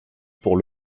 pour